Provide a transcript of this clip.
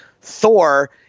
Thor